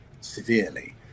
severely